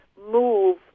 move